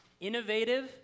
innovative